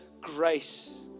grace